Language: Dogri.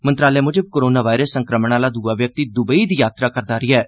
मंत्रालय मुजब कोरोना वायरस संक्रमण आहला दुआ व्यक्ति दुबई दी जात्तरा करदा रेया ऐ